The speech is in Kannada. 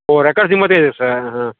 ಓ ರೆಕಾರ್ಡ್ಸ್ ನಿಮ್ಮ ಹತ್ರ ಇದೆಯಾ ಸರ್ ಹಾಂ